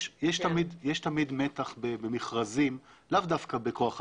יש תמיד מתח במכרזים לאו דווקא בכוח אדם,